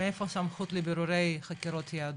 מאיפה סמכות לבירורי חקירות יהדות.